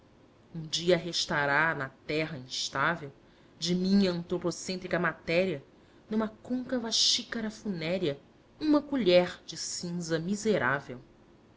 um dia restará na terra instável de minha antropocêntrica matéria numa côncava xícara funérea uma colher de cinza miserável